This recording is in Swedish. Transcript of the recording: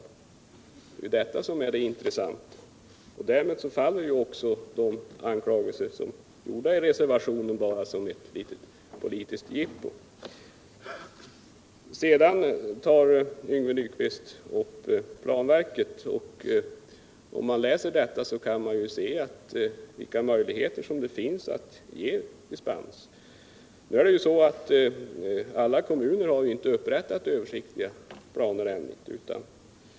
Det är ju den frågeställningen som är intressant. Därmed faller också anklagelserna i reservationen och framstår som ett litet politiskt jippo. Sedan tar Yngve Nyquist upp planverket. Om man läser kan man se vilka möjligheter det finns att ge dispens. Men alla kommuner har ju inte upprättat någon översiktlig plan ännu.